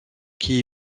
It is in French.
qui